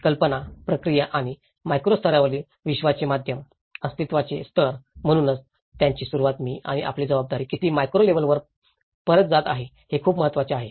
कल्पना प्रक्रिया आणि माक्रो स्तरीय विश्वाचे माध्यम अस्तित्वाचे स्तर म्हणूनच त्याची सुरुवात मी आणि आपली जबाबदारी किती माक्रो लेवलवर परत जाते हे खूप महत्वाचे आहे